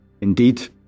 Indeed